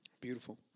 Beautiful